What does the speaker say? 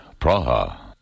Praha